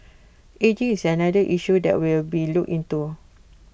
ageing is another issue that will be looked into